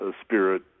spirit